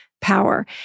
power